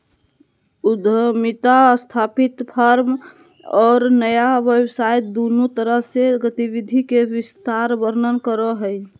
उद्यमिता स्थापित फर्म और नया व्यवसाय दुन्नु तरफ से गतिविधि के विस्तार वर्णन करो हइ